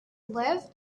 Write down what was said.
live